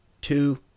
two